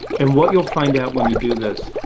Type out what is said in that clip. and what you'll find out when you do this,